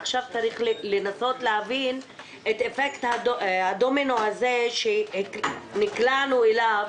עכשיו צריך לנסות להבין את אפקט הדומינו שנקלענו אליו,